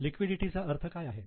liquidity चा अर्थ काय आहे